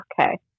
Okay